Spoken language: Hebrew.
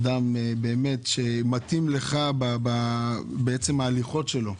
אדם שמתאים לך בהליכות שלו.